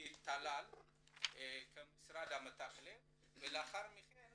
מטלל כנציגת המשרד המתכלל ולאחר מכן